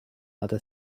other